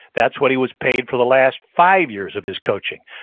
that's what he was paid for the last five years of his coaching.